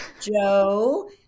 Joe